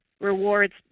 rewards